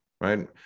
Right